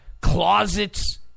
closets